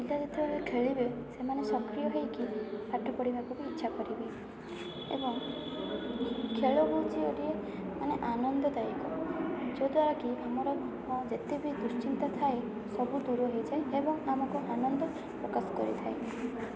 ପିଲା ଯେତେବେଳେ ଖେଳିବେ ସେମାନେ ସକ୍ରିୟ ହୋଇକି ପାଠ ପଢ଼ିବାକୁ ବି ଇଚ୍ଛା କରିବେ ଏବଂ ଖେଳ ହେଉଛି ଗୋଟିଏ ମାନେ ଆନନ୍ଦ ଦାୟକ ଯ ଦ୍ଵାରା କି ଆମର ଯେତେ ବି ଦୁଶ୍ଚିନ୍ତା ଥାଏ ସବୁ ଦୂର ହେଇଯାଏ ଏବଂ ଆମକୁ ଆନନ୍ଦ ପ୍ରକାଶ କରିଥାଏ